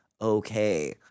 okay